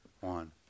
One